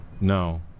No